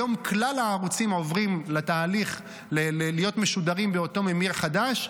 היום כלל הערוצים עוברים להיות משודרים באותו ממיר חדש,